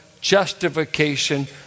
justification